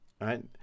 right